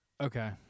Okay